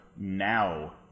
now